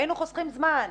היינו חוסכים זמן?